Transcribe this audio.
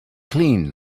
clean